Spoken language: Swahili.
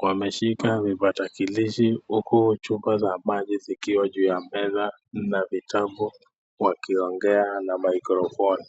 wameshika vitalakilishi huku chupa za maji zikiwa juu ya meza na vitabu wakiongea na mikrofoni.